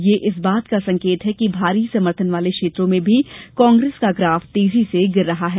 यह इस बात का संकेत है कि भारी समर्थन वाले क्षेत्रों में भी कांग्रेस का ग्राफ तेजी से गिर रहा है